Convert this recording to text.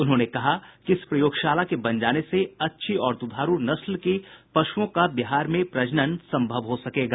उन्होंने कहा कि इस प्रयोगशाला के बन जाने से अच्छी और द्धारू नस्ल की पशुओं का बिहार में प्रजनन सम्भव हो सकेगा